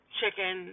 chicken